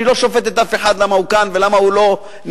אני לא שופט אף אחד למה הוא כאן ולמה הוא לא נמצא,